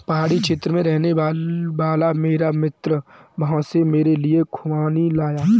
पहाड़ी क्षेत्र में रहने वाला मेरा मित्र वहां से मेरे लिए खूबानी लाया